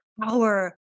power